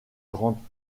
grant